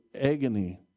agony